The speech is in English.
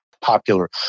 popular